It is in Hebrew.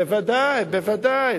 בוודאי, בוודאי.